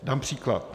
Dám příklad.